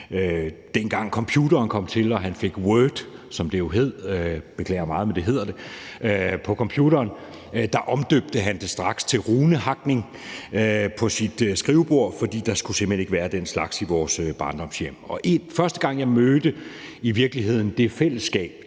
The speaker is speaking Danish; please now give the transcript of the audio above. meget, men det hedder det – på computeren, omdøbte han det straks til runehakning på sit skrivebord, for der skulle simpelt hen ikke være den slags i vores barndomshjem. Første gang jeg mødte i virkeligheden det fællesskab,